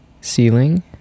Ceiling